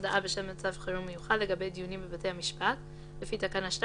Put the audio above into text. הודעה בשל מצב חירום מיוחד לגבי דיונים בבתי המשפט לפי תקנה 2